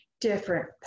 different